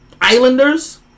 Islanders